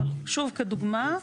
אבל שוב כדוגמה,